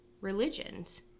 religions